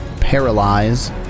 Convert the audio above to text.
paralyze